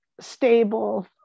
stable